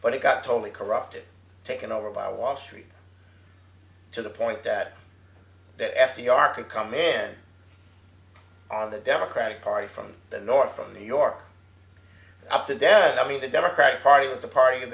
but he got totally corrupted taken over by wall street to the point that that f d r could come in on the democratic party from the north from new york up to dad i mean the democratic party was the party